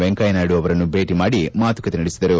ವೆಂಕಯ್ಲನಾಯ್ಲು ಅವರನ್ನು ಭೇಟ ಮಾಡಿ ಮಾತುಕತೆ ನಡೆಸಿದರು